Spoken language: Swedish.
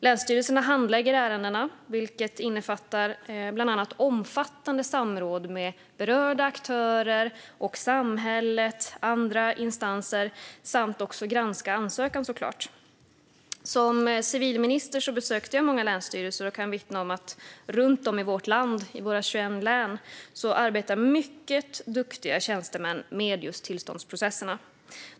Länsstyrelserna handlägger ärendena, vilket innefattar bland annat omfattande samråd med berörda aktörer, samhället och andra instanser, samt naturligtvis att också granska ansökningarna. Som civilminister besökte jag många länsstyrelser. Jag kan vittna om att runt om i vårt land, i våra 21 län, arbetar mycket duktiga tjänstemän med just tillståndsprocesserna.